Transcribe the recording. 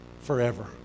forever